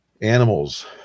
animals